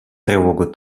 тревогу